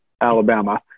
Alabama